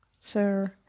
sir